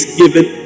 given